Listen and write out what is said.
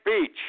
speech